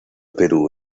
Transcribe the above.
perú